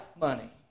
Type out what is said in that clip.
money